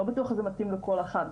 אני לא בטוחה שזה מתאים לכל אחת.